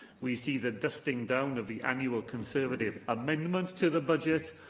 we see the dusting down of the annual conservative amendment to the budget,